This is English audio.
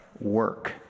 work